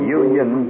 union